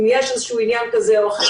אם יש איזשהו עניין כזה או אחר,